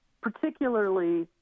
particularly